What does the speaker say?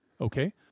Okay